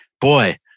boy